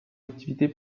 activité